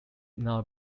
now